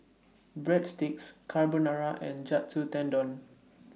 Breadsticks Carbonara and Katsu Tendon